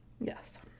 yes